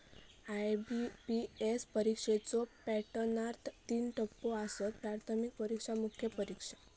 IBPS परीक्षेच्यो पॅटर्नात तीन टप्पो आसत, प्राथमिक परीक्षा, मुख्य परीक्षा